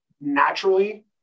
naturally